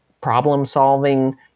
problem-solving